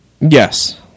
Yes